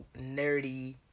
nerdy